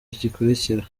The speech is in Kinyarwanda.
gikurikira